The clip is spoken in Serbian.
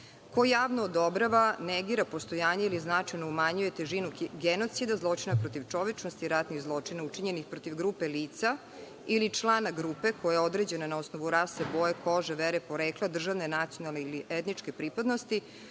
Ko javno odobrava negira postojanje ili značajno umanjuje težinu genocida, zločina protiv čovečnosti i ratnih zločina učinjenih protiv drugih lica ili člana grupe koja je na osnovu rase, boje kože, vere, porekla, državne i nacionalne ili etničke pripadnosti